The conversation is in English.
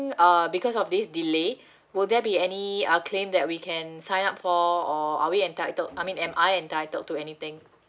uh because of this delay will there be any oth~ claim that we can sign up for or are we entitled I mean am I entitled to anything